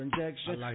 injection